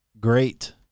great